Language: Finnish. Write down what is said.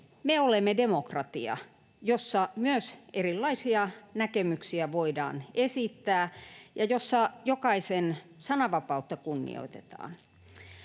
me olemme demokratia, jossa myös erilaisia näkemyksiä voidaan esittää ja jossa jokaisen sananvapautta kunnioitetaan.